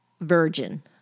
virgin